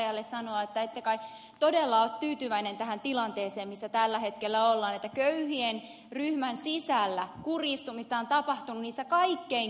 katajalle sanoa että ette kai todella ole tyytyväinen tähän tilanteeseen missä tällä hetkellä ollaan että köyhien ryhmän sisällä kurjistumista on tapahtunut niissä kaikkein köyhimmissä